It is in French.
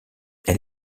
elle